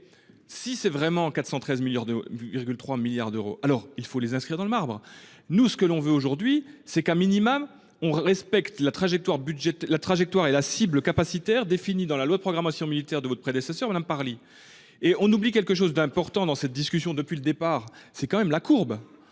si c'est vraiment 413 milliards de. 3 milliards d'euros. Alors il faut les inscrire dans le marbre. Nous ce que l'on veut aujourd'hui, c'est qu'un minimum, on respecte la trajectoire budgétaire. La trajectoire est la cible capacitaire définis dans la loi de programmation militaire de votre prédécesseur madame Parly et on oublie quelque chose d'important dans cette discussion depuis le départ c'est quand même la courbe